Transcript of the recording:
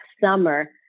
summer